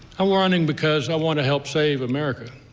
i'm running because i want to help save america.